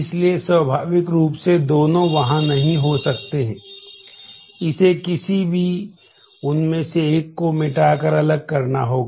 इसलिए स्वाभाविक रूप से दोनों वहां नहीं हो सकते है इसे किसी भी उनमें से एक को मिटाकर अलग करना होगा